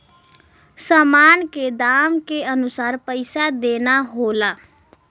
सामान के दाम के अनुसार पइसा देना होला